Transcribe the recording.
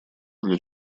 для